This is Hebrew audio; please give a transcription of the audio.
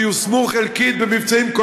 שיושמו חלקית במבצעים,